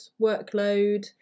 workload